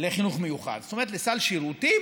לחינוך מיוחד, זאת אומרת, לסל שירותים